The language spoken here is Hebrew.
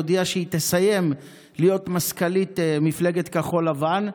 היא הודיעה שהיא תסיים להיות מזכ"לית מפלגת כחול לבן.